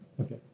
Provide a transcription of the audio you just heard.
Okay